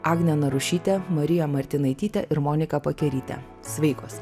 agne narušyte marija martinaityte ir monika pakeryte sveikos